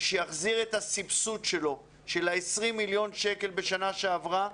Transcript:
להחזיר את הסבסוד של 20 מיליון השקלים משנה שעברה